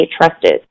trusted